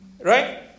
right